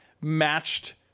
matched